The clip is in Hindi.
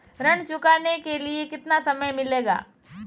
ऋण चुकाने के लिए कितना समय मिलेगा?